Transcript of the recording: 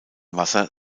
wasser